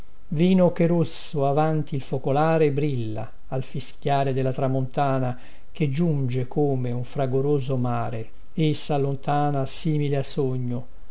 vino che rosso avanti il focolare brilla al fischiare della tramontana che giunge come un fragoroso mare e sallontana simile a sogno